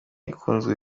ikunzwe